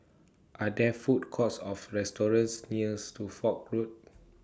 Are There Food Courts of restaurants near Suffolk Road